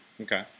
Okay